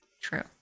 true